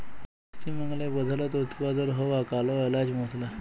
পশ্চিম বাংলায় প্রধালত উৎপাদল হ্য়ওয়া কাল এলাচ মসলা